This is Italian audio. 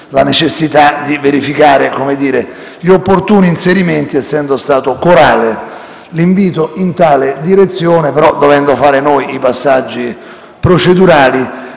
la necessità di verificare gli opportuni inserimenti, essendo stato corale l'invito in tale direzione ma dovendo compiere noi i passaggi procedurali